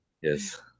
Yes